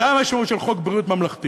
זו המשמעות של חוק ביטוח בריאות ממלכתי.